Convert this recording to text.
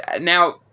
now